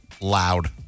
loud